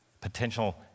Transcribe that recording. potential